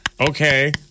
Okay